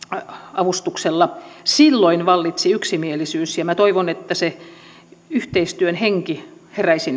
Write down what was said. avustuksella silloin vallitsi yksimielisyys ja minä toivon että se yhteistyön henki heräisi